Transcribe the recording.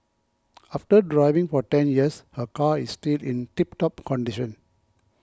after driving for ten years her car is still in tip top condition